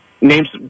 names